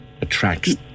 attracts